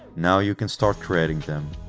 now you can start creating them.